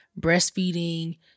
breastfeeding